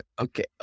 Okay